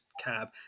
cab